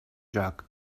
joc